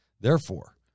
Therefore